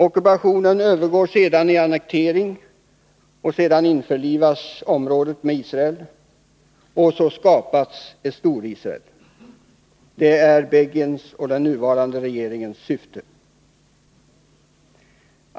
Ockupationen övergår sedan i annektering, därefter införlivas området med Israel och så skapas ett Storisrael. Det är Begins och den nuvarande regeringens syfte.